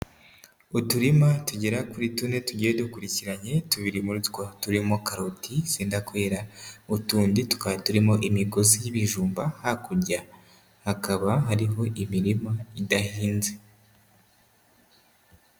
Uturima tugera kuri tune tugiye dukurikiranye, tubiri muri two turimo karoti zendakwera utundi tukaba turimo imigozi y'ibijumba, hakurya hakaba hariho imirima idahinze.